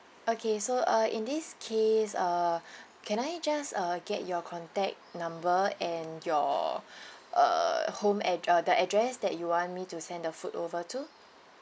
okay so uh in this case uh can I just uh get your contact number and your uh home ad~ uh the address that you want me to send the food over to